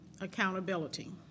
accountability